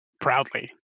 proudly